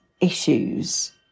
issues